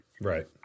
Right